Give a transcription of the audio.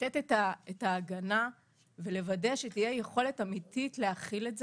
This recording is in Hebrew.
לתת את ההגנה ולוודא שתהיה יכולת אמיתית להחיל את זה.